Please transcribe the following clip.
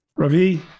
Ravi